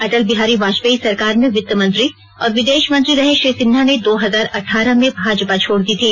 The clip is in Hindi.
अटल बिहारी वाजपेयी सरकार में वित्त मंत्री और विदेश मंत्री रहे श्री सिन्हा ने दो हजार अट्ठारह में भाजपा छोड़ दी थी